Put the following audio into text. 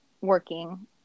working